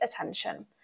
attention